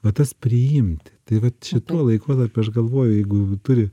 va tas priimti tai vat šitu laikotarpiu aš galvoju jeigu turi